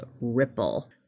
Ripple